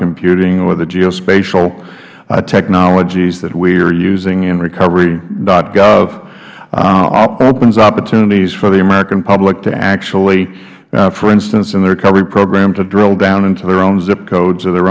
computing or the geospatial technologies that we are using in recovery gov opens opportunities for the american public to actually for instance in the recovery program to drill down into their own zip codes or their